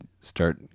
start